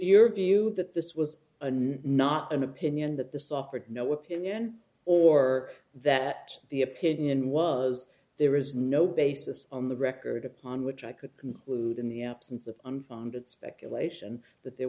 your view that this was not an opinion that this offered no opinion or that the opinion was there is no basis on the record upon which i could conclude in the absence of unfounded speculation that there